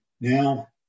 Now